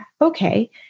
okay